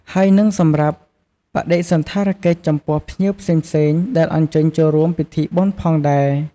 ហើយនិងសម្រាប់បដិសណ្ឋារកិច្ចចំពោះភ្ញៀវផ្សេងៗ ដែលអញ្ជើញចូលរួមពិធីបុណ្យផងដែរ។